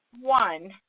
one